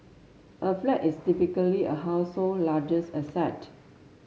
a flat is typically a household largest asset